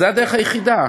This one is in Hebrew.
זו הדרך היחידה.